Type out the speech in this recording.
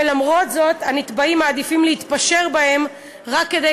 ולמרות זאת הנתבעים מעדיפים להתפשר בהן רק כדי